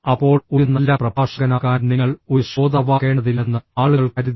അപ്പോൾ ഒരു നല്ല പ്രഭാഷകനാകാൻ നിങ്ങൾ ഒരു ശ്രോതാവാകേണ്ടതില്ലെന്ന് ആളുകൾ കരുതുന്നു